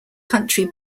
country